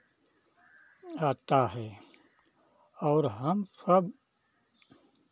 आता है और हम सब